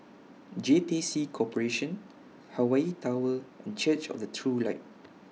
J T C Corporation Hawaii Tower and Church of The True Light